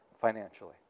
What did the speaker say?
financially